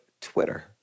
Twitter